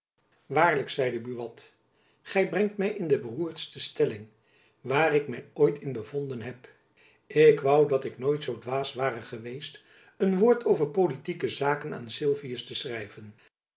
waarlijk zeide buat gy brengt my in de beroerdste stelling waar ik my ooit in bevonden heb ik woû dat ik nooit zoo dwaas ware geweest een woord over politieke zaken aan sylvius te schrijven